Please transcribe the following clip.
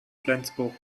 flensburg